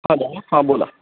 hello हां बोला